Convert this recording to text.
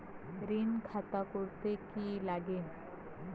ঋণের খাতা করতে কি লাগে?